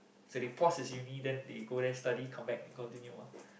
so they pause his uni then they go there study come back then continue ah